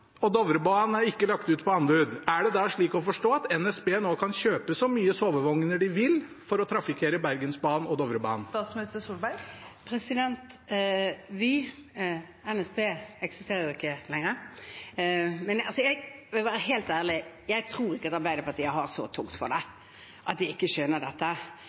og Dovrebanen er ikke lagt ut på anbud. Er det da slik å forstå at NSB nå kan kjøpe så mange sovevogner de vil for å trafikkere Bergensbanen og Dovrebanen? Vy! NSB eksisterer ikke lenger. Men for å være helt ærlig: Jeg tror ikke Arbeiderpartiet har så tungt for det at de ikke skjønner dette.